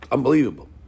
Unbelievable